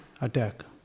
attack